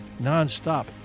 nonstop